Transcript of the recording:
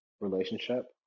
relationship